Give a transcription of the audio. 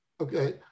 Okay